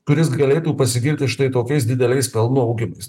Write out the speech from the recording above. kuris galėtų pasigirti štai tokiais dideliais pelnų augimais